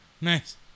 Nice